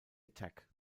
attack